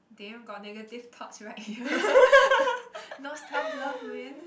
damn got negative thoughts right no self love man